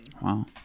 Wow